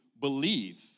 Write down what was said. believe